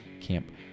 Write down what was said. camp